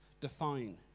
define